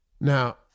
Now